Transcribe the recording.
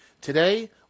Today